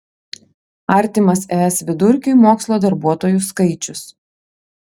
artimas es vidurkiui mokslo darbuotojų skaičius